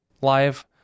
live